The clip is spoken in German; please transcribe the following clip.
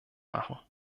machen